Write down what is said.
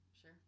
sure